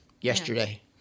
Yesterday